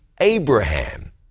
Abraham